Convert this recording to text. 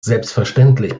selbstverständlich